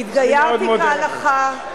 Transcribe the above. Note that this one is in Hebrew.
התגיירתי כהלכה.